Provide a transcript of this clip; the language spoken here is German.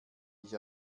ich